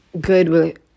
good